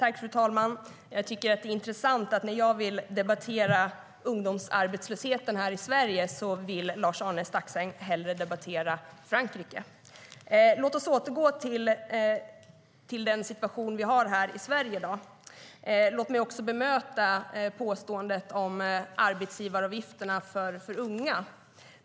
Fru talman! Jag tycker att det är intressant att när jag vill debattera ungdomsarbetslösheten här i Sverige vill Lars-Arne Staxäng hellre debattera Frankrike.Låt oss återgå till den situation vi har här i Sverige i dag. Låt mig också bemöta påståendet om arbetsgivaravgifterna för unga.